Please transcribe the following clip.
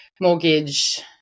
mortgage